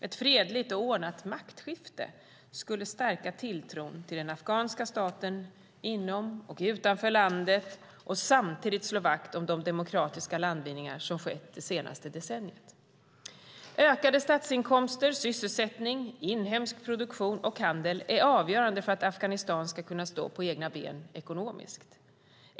Ett fredligt och ordnat maktskifte skulle stärka tilltron till den afghanska staten inom och utanför landet och samtidigt slå vakt om de demokratiska landvinningar som skett det senaste decenniet. Ökade statsinkomster, sysselsättning, inhemsk produktion och handel är avgörande för att Afghanistan ska kunna stå på egna ben ekonomiskt.